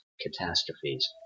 catastrophes